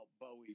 Bowie